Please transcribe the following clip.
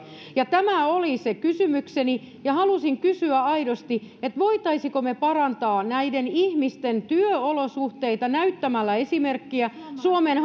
tämä oli se kysymykseni ja halusin kysyä aidosti voisimmeko me parantaa näiden ihmisten työolosuhteita näyttämällä esimerkkiä suomen